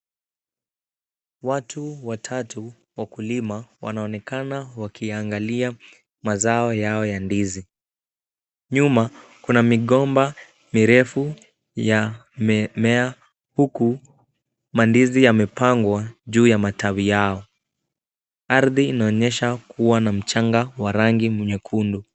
Watu watatu wakulima wanaonekana wakiangalia mazao yao ya ndizi. Nyuma kuna migomba mirefu ya mimea huku mandizi yamepangwa juu ya matawi yao. Ardhi inaonyesha kuwa na mchanga wa rangi nyekundu.